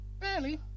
Fairly